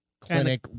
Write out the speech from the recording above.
clinic